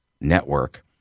Network